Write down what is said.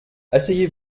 asseyez